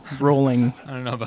rolling